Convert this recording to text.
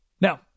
Now